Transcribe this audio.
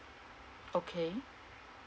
okay